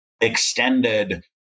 extended